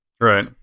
Right